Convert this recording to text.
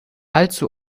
allzu